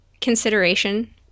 Consideration